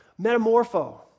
Metamorpho